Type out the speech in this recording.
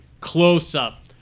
close-up